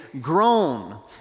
grown